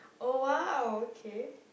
oh !wow! okay